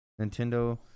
Nintendo